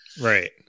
Right